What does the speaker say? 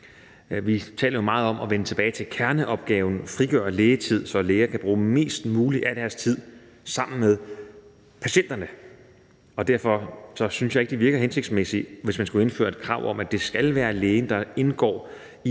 Vi taler jo meget om at vende tilbage til kerneopgaven, nemlig at frigøre lægetid, så læger kan bruge mest muligt af deres tid sammen med patienterne. Derfor syntes jeg ikke, det virker hensigtsmæssigt, hvis man skulle indføre et krav om, at det skal være lægen, der indgår